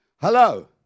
Hello